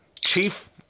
Chief